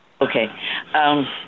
Okay